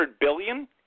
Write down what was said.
billion